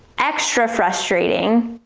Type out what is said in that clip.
extra frustrating,